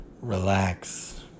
relax